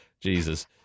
jesus